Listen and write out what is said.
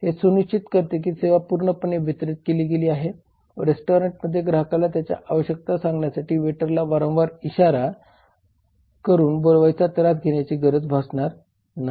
हे सुनिश्चित करते की सेवा पूर्णपणे वितरित केली गेली आहे व रेस्टॉरंटमध्ये ग्राहकाला त्याच्या आवश्यकता सांगण्यासाठी वेटरला वारंवार इशारा करून बोलवण्याचा त्रास घेण्याची गरज भासणार नाही